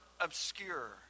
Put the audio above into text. obscure